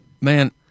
man